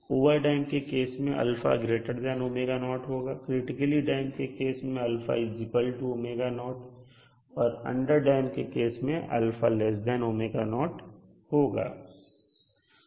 overdamp के case में α होगा और क्रिटिकली डैंप के केस में α होगा और अंडरडैंप के केस में α होगा